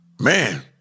Man